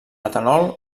etanol